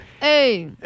Hey